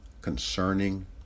concerning